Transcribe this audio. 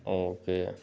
okay